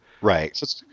Right